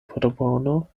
propono